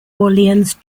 orleans